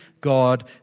God